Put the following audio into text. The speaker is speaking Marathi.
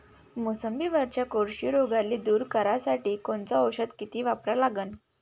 मोसंबीवरच्या कोळशी रोगाले दूर करासाठी कोनचं औषध किती वापरा लागन?